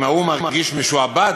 אם ההוא מרגיש משועבד,